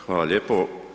Hvala lijepo.